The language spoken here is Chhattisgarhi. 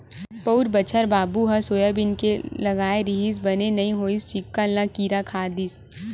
पउर बछर बाबू ह सोयाबीन लगाय रिहिस बने नइ होइस चिक्कन ल किरा खा दिस